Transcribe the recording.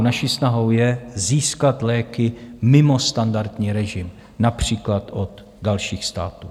Naší snahou je získat léky mimo standardní režim, například od dalších států.